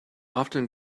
often